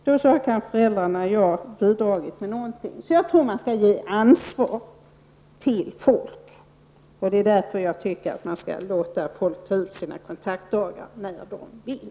Kanske har föräldrarna och jag bidragit med någonting. Jag tror alltså att man skall ge folk ansvar. Det är därför jag tycker att man skall låta folk ta ut sina kontaktdagar när de vill.